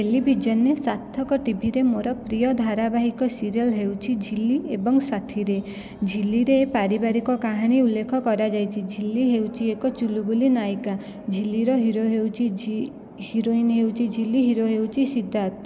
ଟେଲିଭିଜନରେ ସାର୍ଥକ ଟିଭିରେ ମୋର ପ୍ରିୟ ଧାରାବାହିକ ସିରିଏଲ ହେଉଛି ଝିଲ୍ଲୀ ଏବଂ ସାଥିରେ ଝିଲ୍ଲୀରେ ପାରିବାରିକ କାହାଣୀ ଉଲ୍ଲେଖ କରାଯାଇଛି ଝିଲ୍ଲୀ ହେଉଛି ଏକ ଚୁଲୁବୁଲି ନାୟିକା ଝିଲ୍ଲୀର ହିରୋ ହେଉଛି ହିରୋଇନ ହେଉଛି ଝିଲ୍ଲୀ ହିରୋ ହେଉଛି ସିଦ୍ଧାର୍ଥ